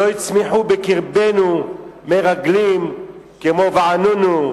שלא יצמחו בקרבנו מרגלים כמו ואנונו,